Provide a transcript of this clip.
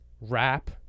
rap